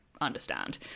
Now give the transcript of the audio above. understand